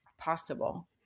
possible